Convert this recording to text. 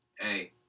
Hey